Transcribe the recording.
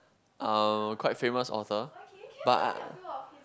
uh quite famous author but